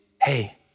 hey